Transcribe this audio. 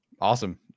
Awesome